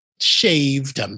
shaved